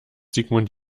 sigmund